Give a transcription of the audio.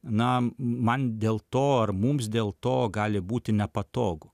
na man dėl to ar mums dėl to gali būti nepatogu